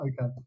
okay